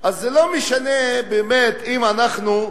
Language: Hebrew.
זה לא משנה באמת אם אנחנו,